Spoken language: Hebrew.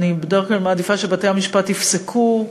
בדרך כלל אני מעדיפה שבתי-המשפט יפסקו,